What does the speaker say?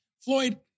Floyd